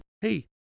Hey